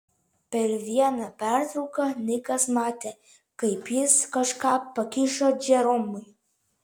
per vieną pertrauką nikas matė kaip jis kažką pakišo džeromui